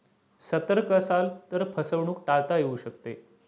सतर्क असाल तर फसवणूक टाळता येऊ शकते